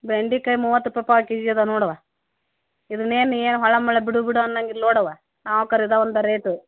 ಬೆಂಡೆಕಾಯ್ ಮೂವತ್ತು ರುಪ ಪಾವು ಕೆ ಜಿ ಇದಾವ್ ನೋಡವ್ವ ಇದನ್ನೇನು ಏನು ಹೊಳ ಮಳ ಬಿಡು ಬಿಡು ಅನ್ನಂಗಿಲ್ಲ ನೋಡವ್ವ ನಾವು ಕರೆದಾ ಒಂದು ರೇಟು